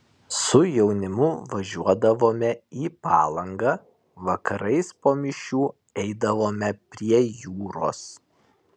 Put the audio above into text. su jaunimu važiuodavome į palangą vakarais po mišių eidavome prie jūros